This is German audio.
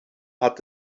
hat